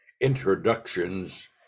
introductions